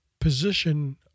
position